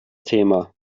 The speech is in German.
thema